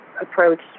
Approach